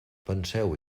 penseu